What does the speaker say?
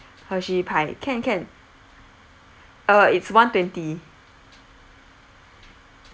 hershey pie can can uh it's one twenty